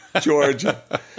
Georgia